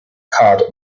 cod